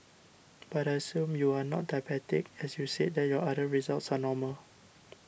but I assume you are not diabetic as you said that your other results are normal